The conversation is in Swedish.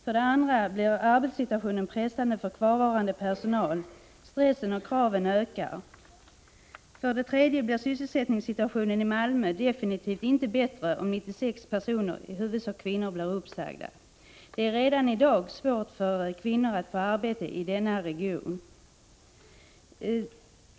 För det andra blir arbetssituationen pressande för kvarvarande personal; stressen och kraven ökar. För det tredje blir sysselsättningssituationen i Malmö definitivt inte bättre om 96 personer, huvudsakligen kvinnor, blir uppsagda. Det är redan i dag svårt för kvinnor att få arbete i denna region.